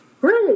great